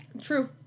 True